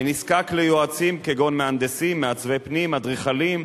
נזקק ליועצים כגון מהנדסים, מעצבי פנים, אדריכלים,